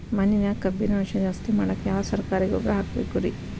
ಮಣ್ಣಿನ್ಯಾಗ ಕಬ್ಬಿಣಾಂಶ ಜಾಸ್ತಿ ಮಾಡಾಕ ಯಾವ ಸರಕಾರಿ ಗೊಬ್ಬರ ಹಾಕಬೇಕು ರಿ?